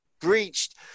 breached